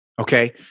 okay